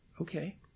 Okay